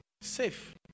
safe